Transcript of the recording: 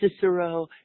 Cicero